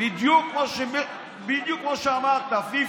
בדיוק כמו שאמרת, FIFO,